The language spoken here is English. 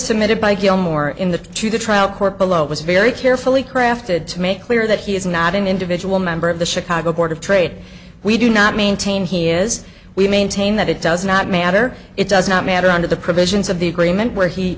submitted by gilmore in the to the trial court below was very carefully crafted to make clear that he is not an individual member of the chicago board of trade we do not maintain he is we maintain that it does not matter it does not matter under the provisions of the agreement where he